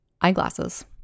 eyeglasses